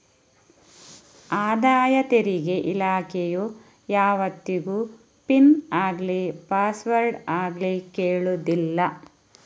ಆದಾಯ ತೆರಿಗೆ ಇಲಾಖೆಯು ಯಾವತ್ತಿಗೂ ಪಿನ್ ಆಗ್ಲಿ ಪಾಸ್ವರ್ಡ್ ಆಗ್ಲಿ ಕೇಳುದಿಲ್ಲ